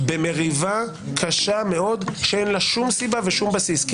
או לחזור במריבה קשה מאוד שאין לה שום סיבה ושום בסיס כי